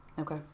Okay